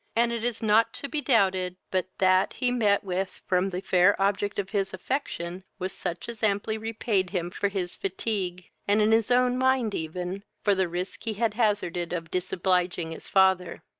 and it is not to be doubted but that he met with from the fair object of his affection was such as amply repaid him for his fatigue, and in his own mind even, for the risk he had hazarded of disobliging his father.